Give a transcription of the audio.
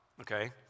okay